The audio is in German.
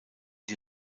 die